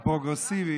הפרוגרסיביים,